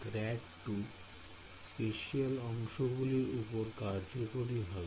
∇2 spatial অংশগুলির উপর কার্যকরী হবে